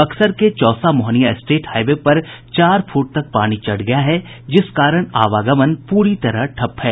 बक्सर के Chausa Mohania state highway पर चार फुट तक पानी चढ़ गया है जिस कारण आवागमन पूरी तरह ठप्प है